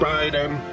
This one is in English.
Biden